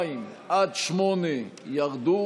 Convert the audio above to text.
2 8 ירדו,